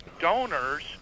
donors